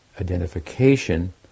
identification